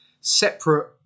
separate